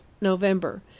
November